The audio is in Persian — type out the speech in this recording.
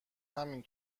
همین